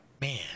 Man